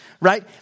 Right